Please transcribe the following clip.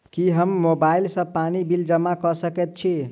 की हम मोबाइल सँ पानि बिल जमा कऽ सकैत छी?